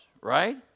right